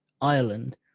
ireland